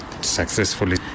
successfully